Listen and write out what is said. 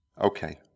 Okay